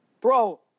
Bro